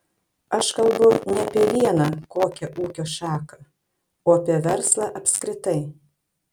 aš kalbu ne apie vieną kokią ūkio šaką o apie verslą apskritai